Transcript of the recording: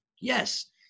Yes